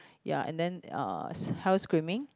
ya and then health screening